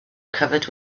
covered